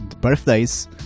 birthdays